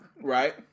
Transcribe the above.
right